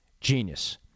Genius